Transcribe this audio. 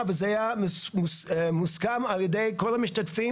וזה יהיה מוסכם על ידי כל המשתתפים.